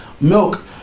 milk